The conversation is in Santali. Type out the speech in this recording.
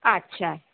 ᱟᱪᱪᱷᱟ